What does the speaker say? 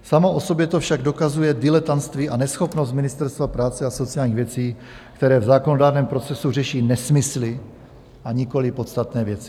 Samo o sobě to však dokazuje diletantství a neschopnost Ministerstva práce a sociálních věcí, které v zákonodárném procesu řeší nesmysly a nikoliv podstatné věci.